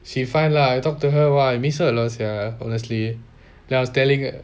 she fine lah I talk to her !wah! I miss her alot [sia]honestly then I was telling